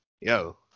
Yo